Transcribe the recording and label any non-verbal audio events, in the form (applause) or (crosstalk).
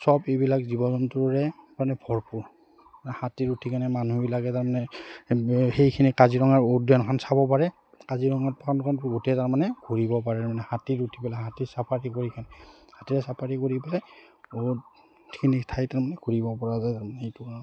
চব এইবিলাক জীৱ জন্তুৰে মানে ভৰপূৰ হাতীত উঠিকেনে মানুহবিলাকে তাৰমানে সেইখিনি কাজিৰঙাৰ উদ্যানখন চাব পাৰে কাজিৰঙাত (unintelligible) গোটেই তাৰমানে ঘূৰিব পাৰে মানে হাতীত উঠি পেলাই হাতী চফাৰি কৰি কিনে হাতীৰে চাফাৰি কৰি পেলাই বহুতখিনি ঠাই তাৰমানে ঘূৰিব পৰা যায় সেইটো কাৰণে